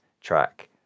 track